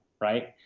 right